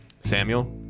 Samuel